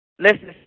Listen